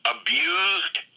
abused